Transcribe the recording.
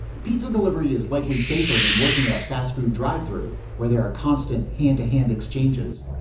pizza delivery is likely safer than working at a fast food drive thru where there are constant hand-to-hand exchanges.